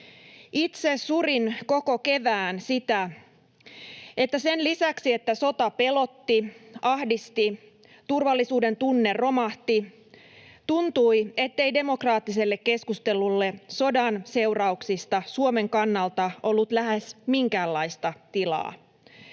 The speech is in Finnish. Itse surin koko kevään sitä, että sen lisäksi, että sota pelotti, ahdisti, turvallisuudentunne romahti, tuntui ettei demokraattiselle keskustelulle sodan seurauksista Suomen kannalta ollut lähes minkäänlaista tilaa.